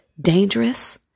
dangerous